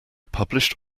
published